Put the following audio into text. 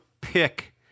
pick